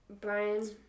Brian